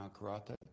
karate